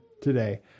today